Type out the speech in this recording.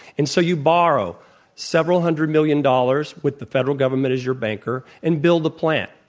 and so, you borrow several hundred million dollars with the federal government as your banker and build a plant.